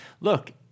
look